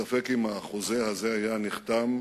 ספק אם החוזה הזה היה נחתם,